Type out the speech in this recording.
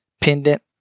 pendant